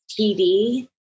TV